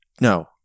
No